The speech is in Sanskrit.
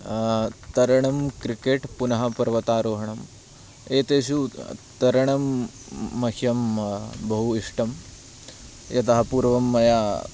तरणं क्रिकेट् पुनः पर्वतारोहणं एतेषु तरणं मह्यं बहु इष्टं यतः पूर्वं मया